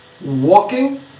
Walking